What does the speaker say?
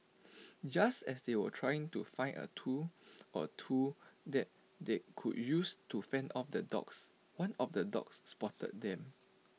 just as they were trying to find A tool or two that they could use to fend off the dogs one of the dogs spotted them